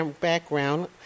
background